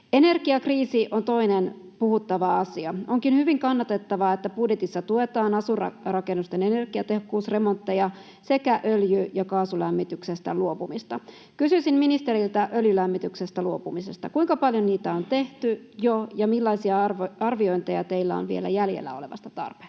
Energiakriisi on toinen puhuttava asia. Onkin hyvin kannatettavaa, että budjetissa tuetaan asuinrakennusten energiatehokkuusremontteja sekä öljy- ja kaasulämmityksestä luopumista. Kysyisin ministeriltä öljylämmityksestä luopumisesta: kuinka paljon niitä on tehty jo, ja millaisia arviointeja teillä on vielä jäljellä olevasta tarpeesta?